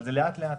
אבל זה לאט לאט.